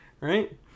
right